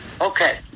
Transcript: Okay